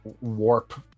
warp